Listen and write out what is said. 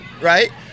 right